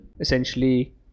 essentially